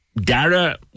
Dara